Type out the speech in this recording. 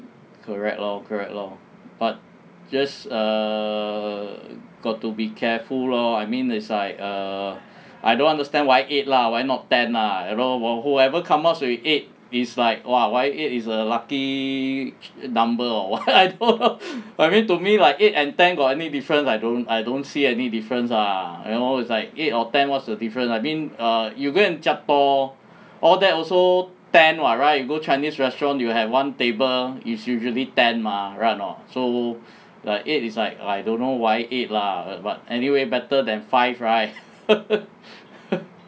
correct lor correct lor but just err got to be careful lor I meanis like err I don't understand why eight lah why not ten ah you know whoever comes out eight is like !wah! why eight is a lucky number or what I don't know I mean to me like eight and ten got any different I don't I don't see any difference ah you know it's like eight or ten what's the difference I mean err you go and jiak toh all that also ten what right you go chinese restaurants you have one table is usually ten mah right a not so like eight is like I don't know why eight lah but anyway better than five right